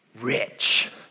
rich